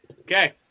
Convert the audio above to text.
Okay